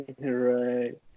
Right